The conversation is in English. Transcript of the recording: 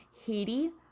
Haiti